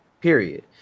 period